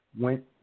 went